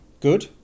good